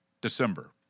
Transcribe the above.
December